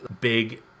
big